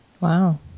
Wow